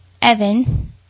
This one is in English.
evan